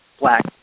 black